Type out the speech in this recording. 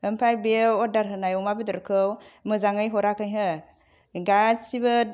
आमफ्राय बे अर्डार होनाय अमा बेदरखौ मोजाङै हराखै हो गासिबो